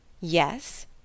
Yes